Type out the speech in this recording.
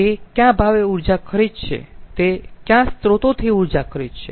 તે કયા ભાવે ઊર્જા ખરીદશે તે કયા સ્ત્રોતોથી ઊર્જા ખરીદશે